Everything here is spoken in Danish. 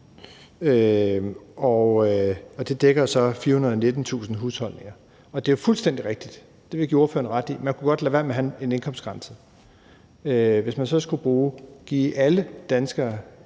og det dækker så 419.000 husholdninger. Det er fuldstændig rigtigt – det vil jeg give ordføreren ret i – at man godt kunne lade være med at have en indkomstgrænse. Hvis man så skulle give alle danskere,